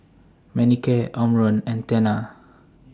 Manicare Omron and Tena